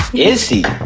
is he?